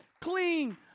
clean